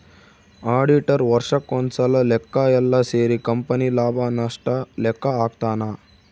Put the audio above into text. auditor ವರ್ಷಕ್ ಒಂದ್ಸಲ ಲೆಕ್ಕ ಯೆಲ್ಲ ಸೇರಿ ಕಂಪನಿ ಲಾಭ ನಷ್ಟ ಲೆಕ್ಕ ಹಾಕ್ತಾನ